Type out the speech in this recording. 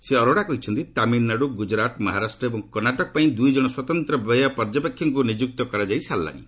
ଶ୍ରୀ ଅରୋଡା କହିଛନ୍ତି ତାମିଲନାଡୁ ଗୁଜରାଟ ମହାରାଷ୍ଟ୍ର ଏବଂ କର୍ଣ୍ଣାଟକ ପାଇଁ ଦୁଇ ଜଣ ସ୍ପତନ୍ତ୍ର ବ୍ୟୟ ପର୍ଯ୍ୟବେକ୍ଷକଙ୍କୁ ନିଯୁକ୍ତ କରାଯାଇ ସାରିଲାଣି